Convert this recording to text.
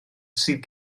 sydd